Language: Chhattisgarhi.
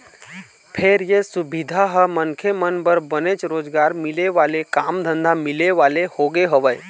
फेर ये सुबिधा ह मनखे मन बर बनेच रोजगार मिले वाले काम धंधा मिले वाले होगे हवय